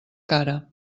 cara